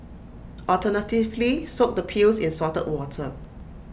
alternatively soak the peels in salted water